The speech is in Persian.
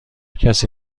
کسی